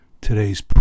today's